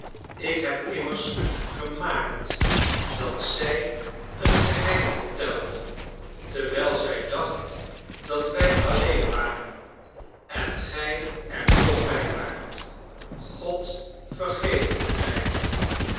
ik heb immers gemaakt dat zij een geheim vertelde terwijl zij dacht dat wij alleen waren en gij er toch bij waart god vergeve het mij